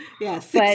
Yes